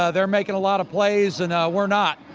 ah they're making a lot of plays, and we're not.